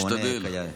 והוא עונה כיאה.